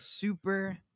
Super